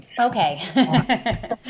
Okay